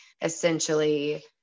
essentially